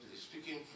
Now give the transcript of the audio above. speaking